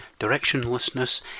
directionlessness